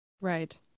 Right